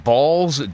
Balls